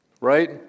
right